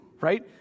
right